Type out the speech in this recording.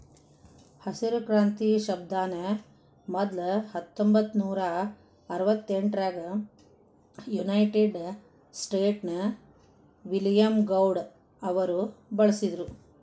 ಹಸಿರು ಕ್ರಾಂತಿ ಶಬ್ದಾನ ಮೊದ್ಲ ಹತ್ತೊಂಭತ್ತನೂರಾ ಅರವತ್ತೆಂಟರಾಗ ಯುನೈಟೆಡ್ ಸ್ಟೇಟ್ಸ್ ನ ವಿಲಿಯಂ ಗೌಡ್ ಅವರು ಬಳಸಿದ್ರು